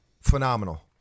phenomenal